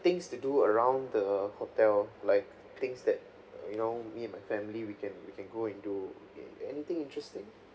things to do around the hotel like things that you know me and my family we can we can go and do it anything interesting